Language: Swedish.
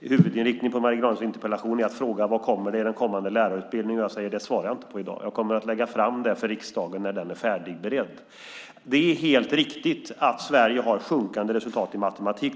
Huvudinriktningen i Marie Granlunds interpellation är att fråga vad som kommer i den kommande lärarutbildningen, och jag säger att det svarar jag inte på i dag. Jag kommer att lägga fram den för riksdagen när den är färdigberedd. Det är helt riktigt att Sverige har sjunkande resultat i matematik.